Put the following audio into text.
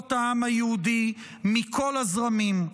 קהילות העם היהודי, מכל הזרמים.